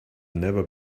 never